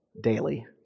daily